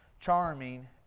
charming